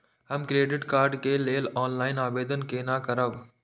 हम credit card के लेल ऑनलाइन आवेदन केना करब?